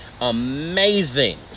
Amazing